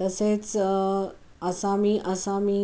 तसेच असा मी असामी